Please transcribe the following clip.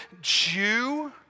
Jew